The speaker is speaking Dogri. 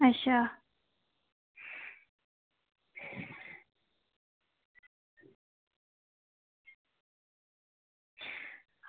अच्छा